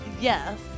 Yes